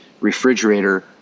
refrigerator